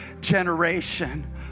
generation